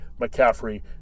McCaffrey